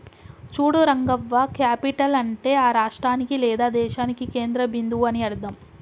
చూడు రంగవ్వ క్యాపిటల్ అంటే ఆ రాష్ట్రానికి లేదా దేశానికి కేంద్ర బిందువు అని అర్థం